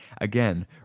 Again